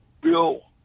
Bill